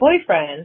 boyfriend